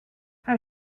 how